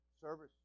service